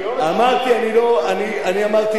אני אמרתי רק,